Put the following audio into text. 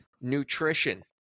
nutrition